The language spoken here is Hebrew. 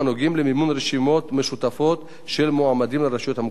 למימון רשימות משותפות של מועמדים לרשויות המקומיות.